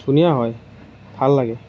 ধুনীয়া হয় ভাল লাগে